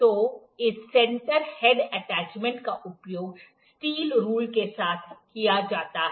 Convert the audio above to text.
तो इस centre head attachment का उपयोग स्टील रूल के साथ किया जाता है